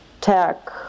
tech